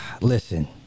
listen